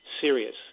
serious